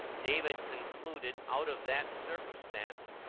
david concluded out of that circumstance,